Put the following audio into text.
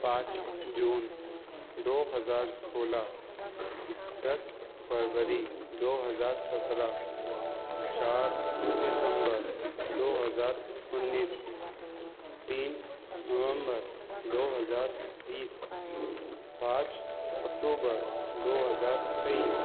پانچ جون دو ہزار سولہ دس فروری دو ہزار سترہ چار دسمبر دو ہزار انیس تین نومبر دو ہزار بیس پانچ اکتوبر دو ہزار تئیس